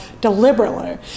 deliberately